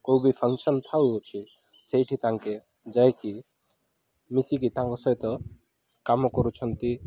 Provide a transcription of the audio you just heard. କେଉଁ ବିି ଫଙ୍କସନ୍ ଥାଉ ଅଛି ସେଇଠି ତାଙ୍କେ ଯାଇକି ମିଶିକି ତାଙ୍କ ସହିତ କାମ କରୁଛନ୍ତି